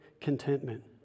contentment